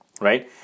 Right